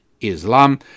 Islam